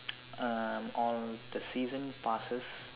uh all the season passes